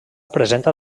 presenta